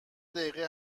دقیقه